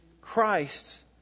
Christ